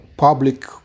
public